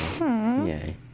Yay